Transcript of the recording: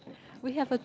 we have a